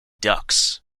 ducks